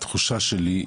התחושה שלי,